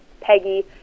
Peggy